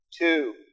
two